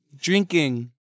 Drinking